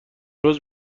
روز